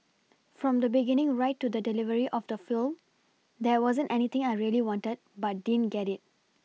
from the beginning right to the delivery of the film there wasn't anything I really wanted but didn't get it